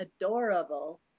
adorable